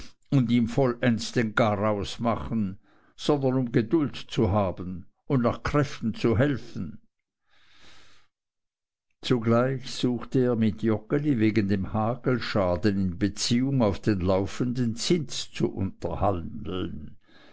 und ihm vollends den garaus machen sondern um geduld zu haben und nach kräften zu helfen zugleich suchte er mit joggeli wegen dem hagelschaden in beziehung auf den laufenden zins zu